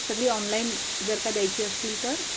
सगळी ऑनलाईन जर का द्यायची असतील तर